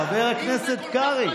חבר הכנסת קרעי.